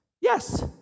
Yes